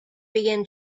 begin